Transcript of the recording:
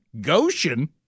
Goshen